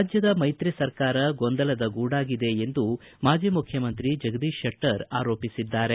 ರಾಜ್ಯದ ಮೈತ್ರಿ ಸರ್ಕಾರ ಗೊಂದಲದ ಗೂಡಾಗಿದೆ ಎಂದು ಮಾಜಿ ಮುಖ್ಯಮಂತ್ರಿ ಜಗದೀಶ್ ಶೆಟ್ಟರ್ ಆರೋಪಿಸಿದ್ದಾರೆ